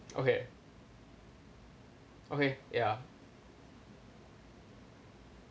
okay okay ya